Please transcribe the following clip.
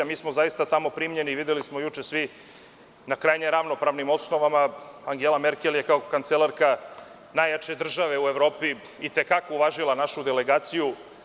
Mi smo zaista tamo primljeni i videli smo juče svi, na krajnje ravnopravnim osnovama, Angela Merkel je kao kancelarka najjače države u Evropi i te kako uvažila našu delegaciju.